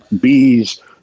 Bees